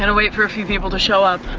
and wait for a few people to show up.